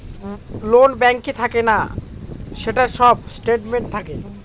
loan ব্যাঙ্কে থাকে না, সেটার সব স্টেটমেন্ট থাকে